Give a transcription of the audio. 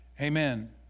Amen